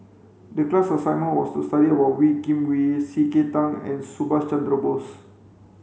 the class assignment was to study about Wee Kim Wee C K Tang and Subhas Chandra Bose